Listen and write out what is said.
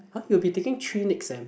!huh! you will be taking three next sem